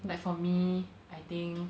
like for me I think